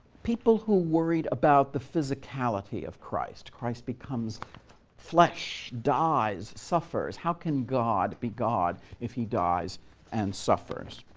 people who worried about the physicality of christ christ becomes flesh, dies, suffers how can god be god if he dies and suffers?